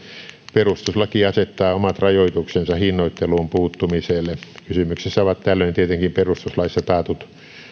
perustuslaki asettaa omat rajoituksensa hinnoitteluun puuttumiselle kysymyksessä ovat tällöin tietenkin perustuslaissa taatut